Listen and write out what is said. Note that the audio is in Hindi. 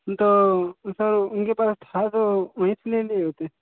तो सर उनके पास तो था तो वहीं से ले लिए होते